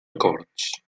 acords